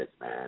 man